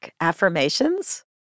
affirmations